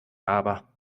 aber